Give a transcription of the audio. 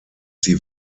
sie